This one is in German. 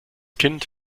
kind